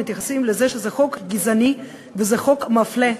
מתייחסים לזה שזה חוק גזעני וזה חוק מפלה,